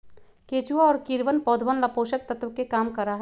केचुआ और कीड़वन पौधवन ला पोषक तत्व के काम करा हई